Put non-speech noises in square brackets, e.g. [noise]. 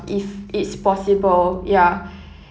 if it's possible ya [breath]